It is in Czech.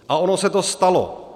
A ono se to stalo.